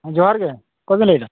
ᱡᱚᱦᱟᱨ ᱜᱮ ᱚᱠᱚᱭ ᱵᱮᱱ ᱞᱟᱹᱭᱮᱫᱟ